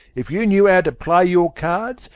if you knew how to play your cards,